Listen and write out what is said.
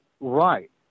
right